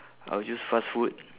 I will choose fast food